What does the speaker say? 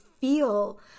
feel